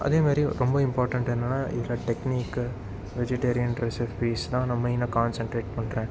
அதேமாதிரி ரொம்ப இம்பார்டண்ட் என்னென்னால் இதில் டெக்னிக்கு வெஜிடேரியன் ரெசிபீஸ்லாம் நான் மெயினாக கான்ஸன்ட்ரேட் பண்றேன்